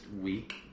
week